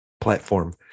platform